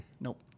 Nope